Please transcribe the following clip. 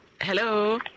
Hello